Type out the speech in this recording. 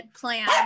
plan